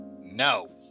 No